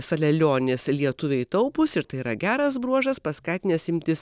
salelionis lietuviai taupūs ir tai yra geras bruožas paskatinęs imtis